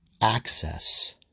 access